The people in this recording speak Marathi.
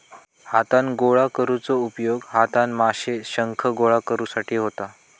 हातान गोळा करुचो उपयोग हातान माशे, शंख गोळा करुसाठी होता